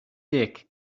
dick